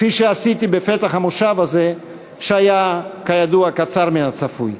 כפי שעשיתי בפתח המושב הזה שהיה כידוע קצר מהצפוי,